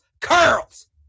curls